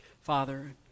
Father